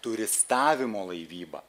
turistavimo laivybą